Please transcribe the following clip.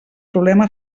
problema